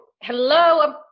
hello